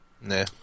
Nah